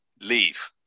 leave